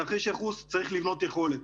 תרחיש הייחוס צריך לבנות יכולת,